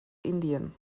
indien